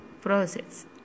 process